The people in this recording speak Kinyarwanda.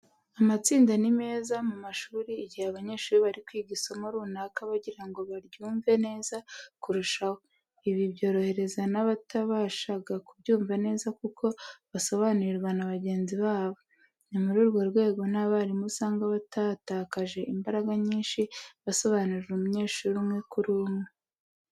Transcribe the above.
Amatsinda ni meza mu mashuri, igihe abanyeshuri bari kwiga isomo runaka bagira ngo baryumve neza kurushaho. Ibi byorohereza n'abatabashaga kubyumva neza kuko basobanurirwa na bagenzi babo. Ni muri urwo rwego n'abarimu usanga batatakaje imbaraga nyinshi basobanurira umunyeshuri umwe kuri umwe.